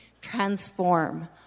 transform